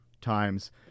times